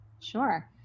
Sure